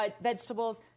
vegetables